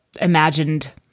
imagined